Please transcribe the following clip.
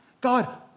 God